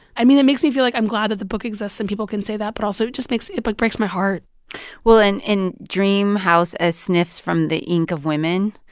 i mean, it makes me feel like i'm glad that the book exists and people can say that, but also it just makes it, like, breaks my heart well, and in dream house as sniffs from the ink of women,